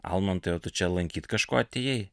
almantai o tu čia lankyt kažko atėjai